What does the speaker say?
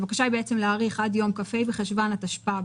הבקשה היא "להאריך עד ליום כ"ה בחשוון התשפ"ב,